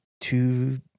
two